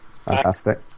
Fantastic